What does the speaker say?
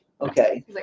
okay